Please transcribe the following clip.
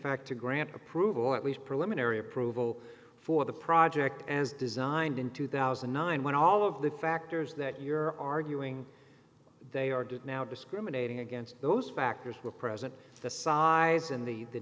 fact to grant approval at least preliminary approval for the project as designed in two thousand and nine when all of the factors that you're arguing they argued now discriminating against those factors were present the size and the the